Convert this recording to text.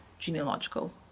genealogical